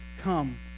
Come